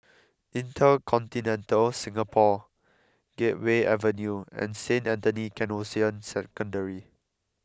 InterContinental Singapore Gateway Avenue and Saint Anthony's Canossian Secondary